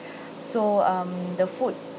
so um the food